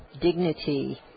dignity